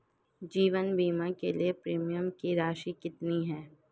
जीवन बीमा के लिए प्रीमियम की राशि कितनी है?